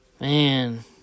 Man